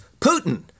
Putin